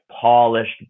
polished